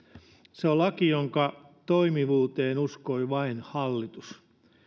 se on laki jonka toimivuuteen uskoi vain hallitus